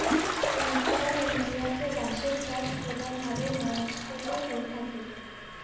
central ইন্ডিয়াতে বাঁশের চাষ প্রধান ভাবে মহারাষ্ট্রেতে হয়ে থাকে